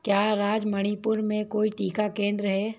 क्या राज्य मणिपुर में कोई टीका केंद्र है